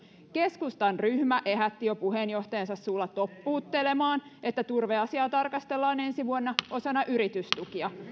keskustan ryhmä ehätti jo puheenjohtajansa suulla toppuuttelemaan että turveasiaa tarkastellaan ensi vuonna osana yritystukia